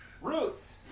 Ruth